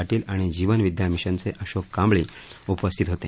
पाटील आणि जीवन विद्या मिशनचे अशोक कांबळी उपस्थित होते